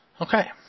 Okay